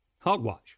hogwash